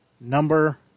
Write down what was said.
number